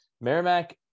Merrimack